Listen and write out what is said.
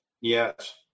Yes